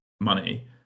money